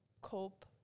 cope